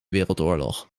wereldoorlog